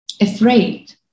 afraid